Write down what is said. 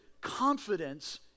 confidence